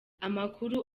amakuru